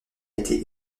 été